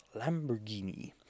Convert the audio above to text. Lamborghini